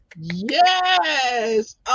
Yes